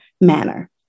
manner